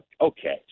okay